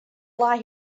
lie